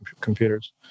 computers